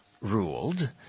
ruled